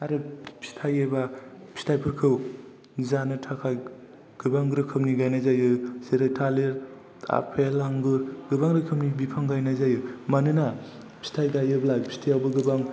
आरो फिथाय थायोबा फिथायफोरखौ जानो थाखाय गोबां रोखोमनि गायनाय जायो जेरै थालिर आपेल आंगुर गोबां रोखोमनि बिफां गायनाय जायो मानोना फिथाय गायोब्ला फिथायावबो गोबां